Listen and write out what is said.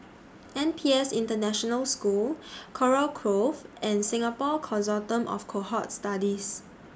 N P S International School Kurau Grove and Singapore Consortium of Cohort Studies